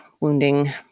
wounding